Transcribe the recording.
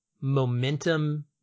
momentum